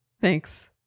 Thanks